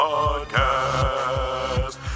Podcast